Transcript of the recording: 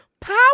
Power